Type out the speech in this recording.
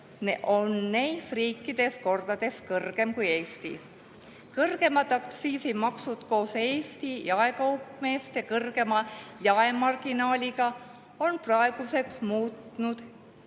on neis riikides kordades kõrgem kui Eestis. Kõrgemad aktsiisimaksud koos Eesti jaekaupmeeste kõrgema jaemarginaaliga on praeguseks muutnud